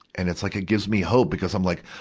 and it's like it give me hope, because i'm like,